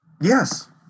yes